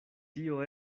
tio